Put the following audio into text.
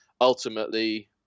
ultimately